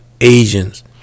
Asians